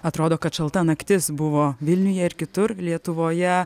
atrodo kad šalta naktis buvo vilniuje ir kitur lietuvoje